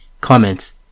Comments